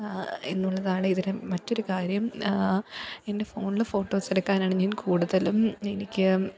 എന്നുള്ളതാണ് ഇതിലെ മറ്റൊരുകാര്യം എന്റെ ഫോണിൽ ഫോട്ടോസെടുക്കാനാണ് ഞാന് കൂടുതലും എനിക്ക്